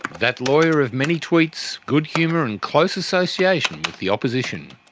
that lawyer of many tweets, good humour and close association with the opposition.